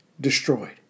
destroyed